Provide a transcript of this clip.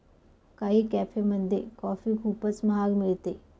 काही कॅफेमध्ये कॉफी खूपच महाग मिळते